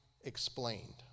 explained